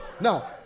Now